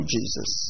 Jesus